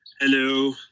Hello